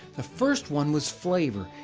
the first one was flavor.